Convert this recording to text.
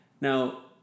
Now